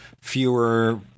fewer